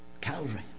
Calvary